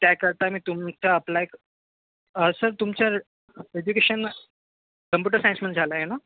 त्याकरता मी तुमचं अप्लाय क सर तुमच्या एजुकेशन कम्पुटर सायन्समध्ये झालं आहे ना